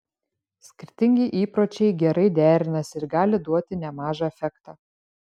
skirtingi įpročiai gerai derinasi ir gali duoti nemažą efektą